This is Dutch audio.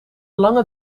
lange